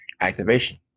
activation